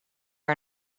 are